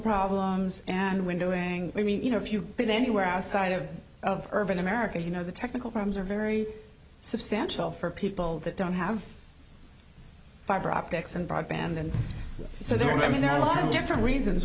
problems and when doing i mean you know if you've been anywhere outside of urban america you know the technical terms are very substantial for people that don't have fiber optics and broadband and so there i mean there are a lot of different reasons